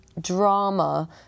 drama